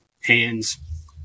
Hands